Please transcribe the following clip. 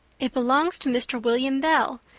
it belongs to mr. william bell,